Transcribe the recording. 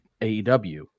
AEW